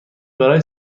برای